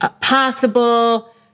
possible